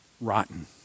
rotten